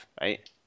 right